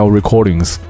Recordings